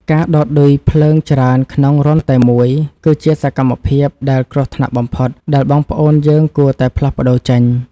ការដោតឌុយភ្លើងច្រើនក្នុងរន្ធតែមួយ គឺជាសកម្មភាពដែលគ្រោះថ្នាក់បំផុតដែលបងប្អូនយើងគួរតែផ្លាស់ប្តូរចេញ។